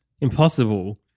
Impossible